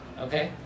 okay